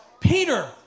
Peter